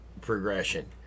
progression